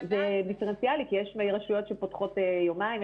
זה דיפרנציאלי כי יש רשויות שפותחות יומיים,